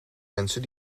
mensen